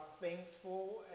thankful